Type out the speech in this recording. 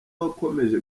wakomeje